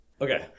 Okay